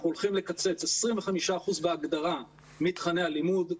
אנחנו הולכים לקצץ 25% בהגדרה מתכני הלימוד,